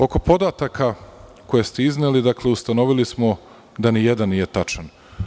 Oko podataka koje ste izneli, dakle, ustanovili smo da nijedan nije tačan.